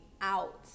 out